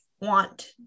want